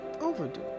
overdue